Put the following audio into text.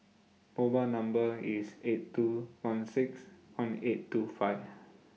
mobile Number IS eight two one six one eight two five